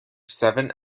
seven